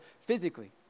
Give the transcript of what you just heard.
physically